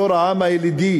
ושנית, בתור העם הילידי